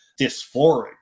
dysphoric